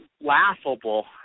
laughable